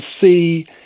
see